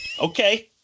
Okay